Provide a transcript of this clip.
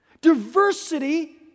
Diversity